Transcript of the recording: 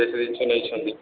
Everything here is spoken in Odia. ବେଶୀ ଜିନିଷ ନେଇଛନ୍ତି